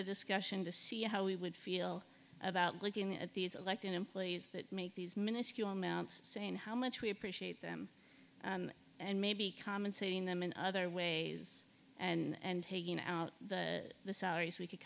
the discussion to see how we would feel about looking at these elected employees that make these minuscule amounts saying how much we appreciate them and maybe commentating them in other ways and taking out the salaries we could